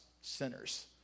sinners